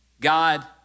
God